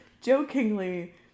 jokingly